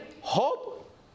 Hope